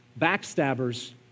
Backstabbers